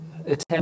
attempt